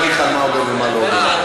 אני אדבר אתך על מה הוגן ומה לא הוגן.